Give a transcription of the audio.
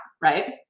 right